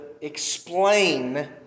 explain